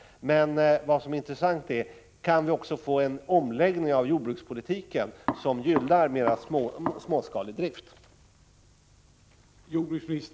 Men vad som är intressant är: Kan vi också få en omläggning av jordbrukspolitiken, så att den gynnar mera småskalig drift?